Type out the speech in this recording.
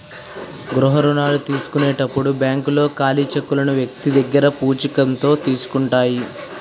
గృహ రుణాల తీసుకునేటప్పుడు బ్యాంకులు ఖాళీ చెక్కులను వ్యక్తి దగ్గర పూచికత్తుగా తీసుకుంటాయి